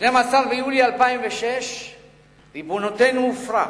ב-12 ביולי 2006 ריבונותנו הופרה,